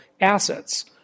assets